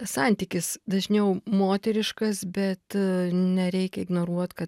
tas santykis dažniau moteriškas bet nereikia ignoruot kad